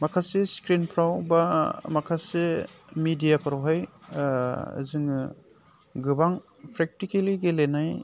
माखासे स्क्रिनफ्रावबा माखासे मिडियाफोरावहाय जोङो गोबां प्रेकटिकेलि गेलेनाय